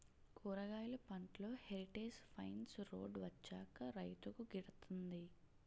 కూరగాయలు పంటలో heritage fence road వచ్చాక రైతుకు గిడతంది